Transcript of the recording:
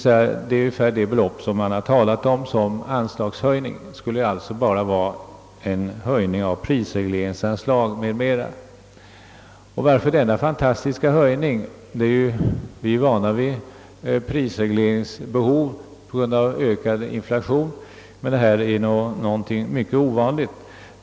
Ungefär hela det belopp man talat om i anslagshöjningar skulle alltså bestå i bara denna höjning av prisregleringsanslag m.m. Varför denna fantastiska höjning? Vi är vana vid att inflationen nödvändiggör regleringar av anslagen, men Ssådana höjningar som här är mycket ovanliga.